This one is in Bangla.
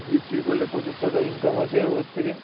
বিক্রি করলে প্রচুর টাকা ইনকাম আছে ওর থেকে